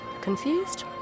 Confused